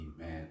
Amen